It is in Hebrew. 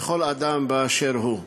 בכל אדם באשר הוא,